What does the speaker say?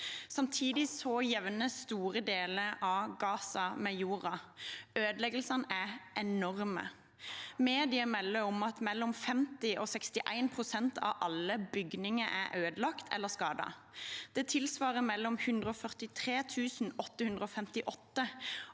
Samtidig jevnes store deler av Gaza med jorden. Ødeleggelsene er enorme. Medier melder om at mellom 50 pst. og 61 pst. av alle bygninger er ødelagt eller skadet. Det tilsvarer mellom 143 858 og 175